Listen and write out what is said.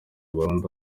abarundi